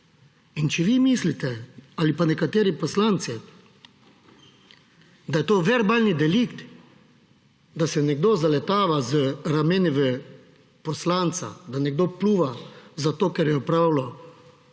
In če vi mislite ali pa nekateri poslanci, da je to verbalni delikt, da se nekdo zaletava z rameni v poslanca, da nekdo pljuva, zato ker je opravljal